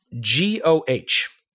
G-O-H